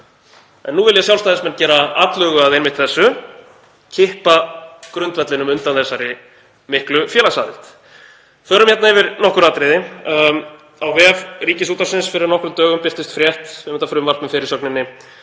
en nú vilja Sjálfstæðismenn gera atlögu að einmitt þessu, kippa grundvellinum undan þessari miklu félagsaðild. Förum yfir nokkur atriði. Á vef Ríkisútvarpsins fyrir nokkrum dögum birtist frétt um þetta frumvarp með fyrirsögninni